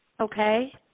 okay